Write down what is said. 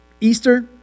Easter